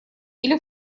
или